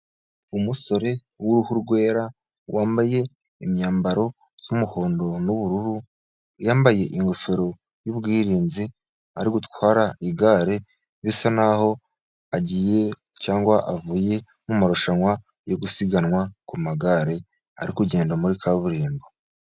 Umusore w'uruhu rwera yambaye imyambaro y'umuhondo n'ubururu, yambaye ingofero y'ubwirinzi ,ari gutwara igare bisa naho agiye cyangwa avuye mu marushanwa yo gusiganwa ku magare ,ari kugenda muri kaburimbo.